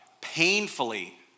painfully